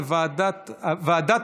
לוועדה